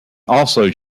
also